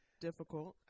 difficult